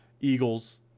Eagles